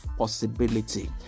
possibility